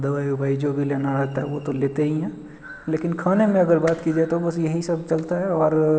दवाई ववाई जो भी लेना रहता है वो तो लेते हैं लेकिन खाने में अगर बात की जाए तो बस यही सब चलता है और